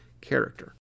character